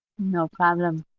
no problem.